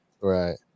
Right